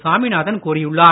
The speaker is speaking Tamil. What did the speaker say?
சாமிநாதன் கூறியுள்ளார்